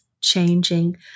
changing